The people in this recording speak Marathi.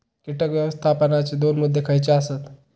कीटक व्यवस्थापनाचे दोन मुद्दे खयचे आसत?